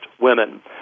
women